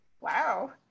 Wow